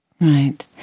Right